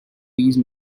these